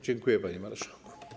Dziękuję, panie marszałku.